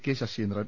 K Saseendran